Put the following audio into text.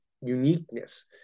uniqueness